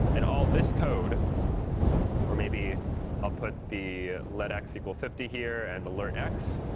and all this code or maybe i'll put the let x equal fifty here and alert x.